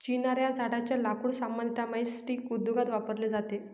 चिनार या झाडेच्या लाकूड सामान्यतः मैचस्टीक उद्योगात वापरले जाते